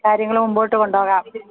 കാര്യങ്ങൾ മുമ്പോട്ട് കൊണ്ട് പോകാം